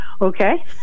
okay